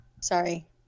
sorry